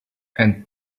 and